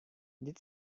did